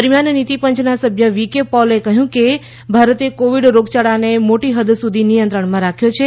દરમિયાન નીતિ પંચના સભ્ય વી કે પૌલે કહ્યું કે ભારતે કોવિડ રોગયાળાને મોટી હૃદ સુધી નિયંત્રણમાં રાખ્યો છે